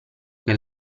che